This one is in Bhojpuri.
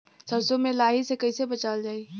सरसो में लाही से कईसे बचावल जाई?